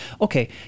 okay